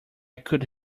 could